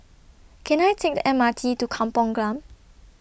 Can I Take The M R T to Kampung Glam